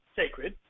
sacred